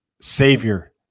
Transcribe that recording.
savior